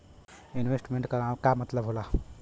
Investment क का मतलब हो ला?